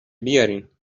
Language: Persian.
بیارین